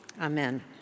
Amen